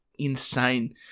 insane